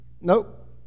Nope